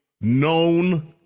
known